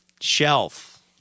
Shelf